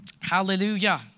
Hallelujah